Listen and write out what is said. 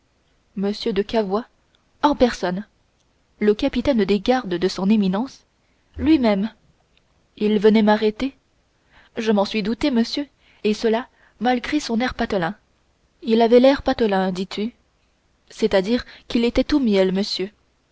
de cavois en personne le capitaine des gardes de son éminence lui-même il venait m'arrêter je m'en suis douté monsieur et cela malgré son air patelin il avait l'air patelin dis-tu c'est-à-dire qu'il était tout miel monsieur